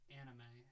anime